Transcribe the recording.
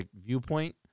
viewpoint